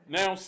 Now